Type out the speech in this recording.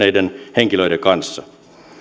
henkilöiden kanssa